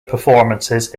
performances